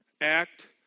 Act